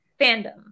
fandom